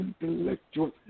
intellectual